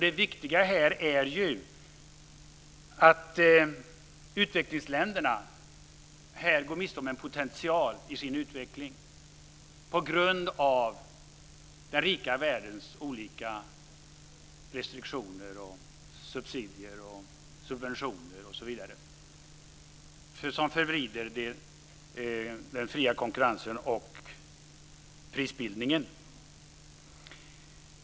Det viktiga är att utvecklingsländerna här går miste om en potential i sin utveckling på grund av den rika världens olika restriktioner, subsidier, subventioner, osv. som förvrider den fria konkurrensen och prisbildningen.